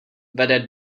vede